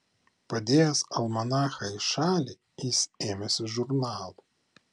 padėjęs almanachą į šalį jis ėmėsi žurnalų